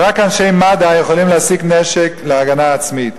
רק אנשי מד"א יכולים להשיג נשק להגנה עצמית.